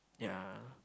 yeah